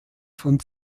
von